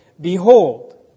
Behold